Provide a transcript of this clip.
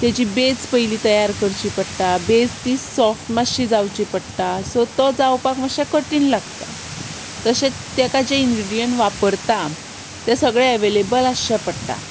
ताची बेज पयलीं तयार करची पडटा बेज ती सॉफ्ट मातशी जावची पडटा सो तो जावपाक मातशें कठीण लागता तशेंच ताका जे इनग्रिडियंट वापरता ते सगळे एवेलेबल आसचे पडटा